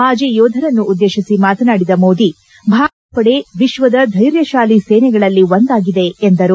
ಮಾಜಿ ಯೋಧರನ್ನುದ್ವೇತಿಸಿ ಮಾತನಾಡಿದ ಮೋದಿ ಭಾರತದ ಸೇನಾಪಡೆ ವಿಶ್ವದ ಧ್ಯೆರ್ಯಶಾಲಿ ಸೇನೆಗಳಲ್ಲಿ ಒಂದಾಗಿದೆ ಎಂದರು